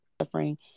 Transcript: suffering